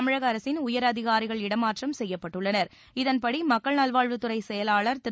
தமிழக அரசின் உயர் அதிகாரிகள் இடமாற்றம் செய்யப்பட்டுள்ளனர் இதன்படி மக்கள் நல்வாழ்வுத்துறைச் செயலாளர் திரு